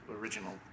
original